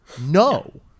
No